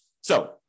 So-